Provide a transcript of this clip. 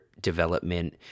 development